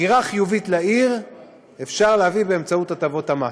הגירה חיובית לעיר אפשר להביא באמצעות הטבות מס.